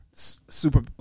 Super